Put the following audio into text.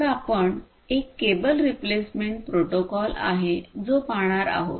तर आपण एक केबल रिप्लेसमेंट प्रोटोकॉल आहे जो पाहणार आहोत